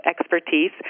expertise